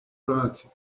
راحتی